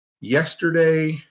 yesterday